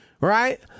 Right